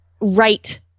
right